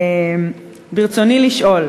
ברצוני לשאול: